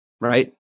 right